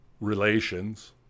relations